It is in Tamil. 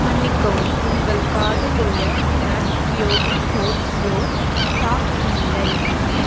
மன்னிக்கவும் உங்கள் கார்ட்டில் உள்ள nut Yogi oats flour stock இல்லை